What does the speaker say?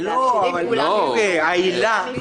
שלא אבל בדיוק העילה.